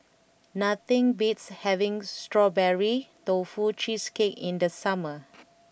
nothing beats having Strawberry Tofu Cheesecake in the summer